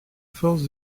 force